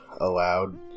allowed